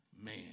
man